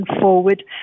forward